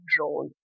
role